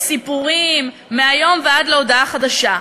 סיפורים, מהיום ועד הודעה חדשה.